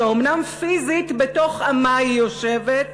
שאומנם פיזית בתוך עמה היא יושבת,